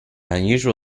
unusual